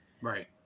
Right